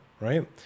right